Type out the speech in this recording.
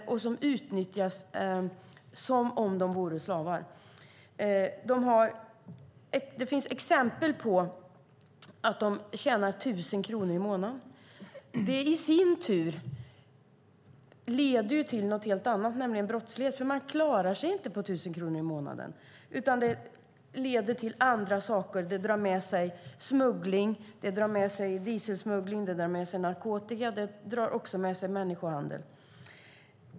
Dessa chaufförer utnyttjas som vore de slavar. Det finns exempel på att de tjänar 1 000 kronor i månaden. Det i sin tur leder till brottslighet, för man klarar sig inte på 1 000 kronor i månaden. Det här drar med sig smuggling - dieselsmuggling - samt narkotika och människohandel.